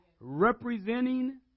representing